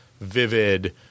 vivid